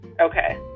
Okay